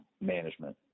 management